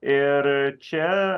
ir čia